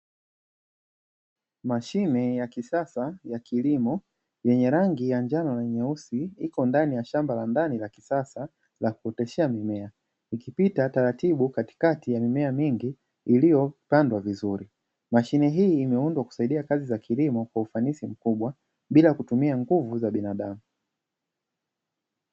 Mashine ya kisasa ya kilimo yenye rangi ya njano na nyeusi ipo ndani ya shamba la ndani la kisasa la kuoteshea mimea ikipita taratibu katikati ya mimea mingi iliyopandwa vizuri, mashine hii imeundwa kusaidia kazi za kilimo kwa ufanisi mkubwa bila kutumia nguvu za binadamu.